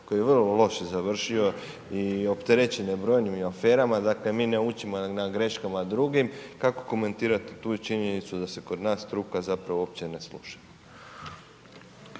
koje je vrlo loše završilo, i opterećen je brojnim i aferama, dakle, mi ne učimo na greškama drugih, kako komentirate tu činjenicu da se kod nas struka zapravo opće ne sluša.